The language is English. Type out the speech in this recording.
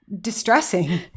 distressing